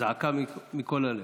זעקה מכל הלב.